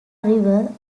river